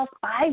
five